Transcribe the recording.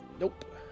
nope